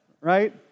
right